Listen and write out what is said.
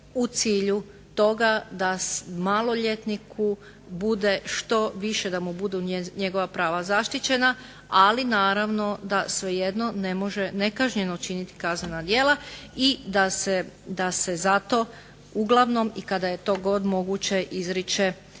u cilju toga da maloljetniku bude što više, da mu budu njegova prava zaštićena. Ali naravno da svejedno ne može nekažnjeno činiti kaznena djela i da se za to uglavnom i kada je to god moguće izriče